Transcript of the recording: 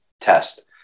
test